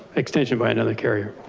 extension by another carrier.